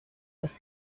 dass